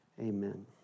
Amen